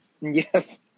Yes